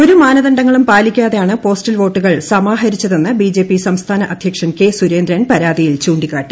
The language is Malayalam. ഒരു മാനദണ്ഡങ്ങളും പാലിക്കാതെയാണ് പോസ്റ്റൽ വോട്ടുകൾ സമാഹരിച്ചതെന്ന് ബിജെപി സംസ്ഥാന അധൃക്ഷൻ കെ സുരേന്ദ്രൻ പരാതിയിൽ ചൂണ്ടിക്കാട്ടി